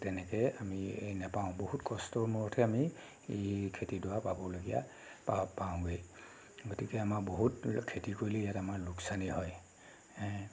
তেনেকৈ আমি নাপাওঁ বহুত কষ্টৰ মূৰতহে আমি এই খেতিডৰা পাবলগীয়া পা পাওঁগৈ গতিকে আমাৰ বহুত খেতি কৰিলে ইয়াত আমাৰ লোকচানেই হয় হে